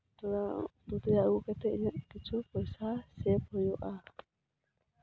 ᱛᱳ ᱥᱚᱵᱡᱤ ᱟᱹᱜᱩ ᱠᱟᱛᱮᱜ ᱤᱧᱟᱹᱜ ᱠᱤᱪᱷᱩ ᱯᱚᱭᱥᱟ ᱥᱮᱵᱷ ᱦᱩᱭᱩᱜᱼᱟ